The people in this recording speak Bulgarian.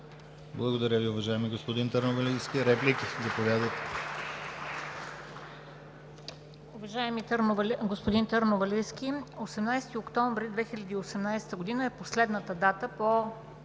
Благодаря Ви, уважаеми господин Търновалийски. Реплики? Заповядайте,